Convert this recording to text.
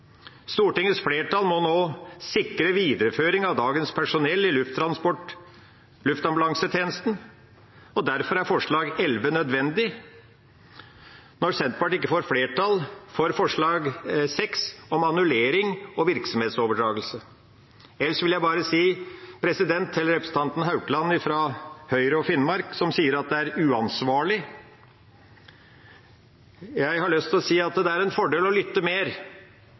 Stortingets flertall må nå sikre videreføring av dagens personell i luftambulansetjenesten, og derfor er forslag nr. 11 nødvendig når Senterpartiet ikke får flertall for forslag nr. 6 om annullering og virksomhetsoverdragelse. Og til representanten Haukland fra Høyre og Finnmark, som sier at det er «uansvarlig», har jeg lyst til å si at det er en fordel å lytte mer,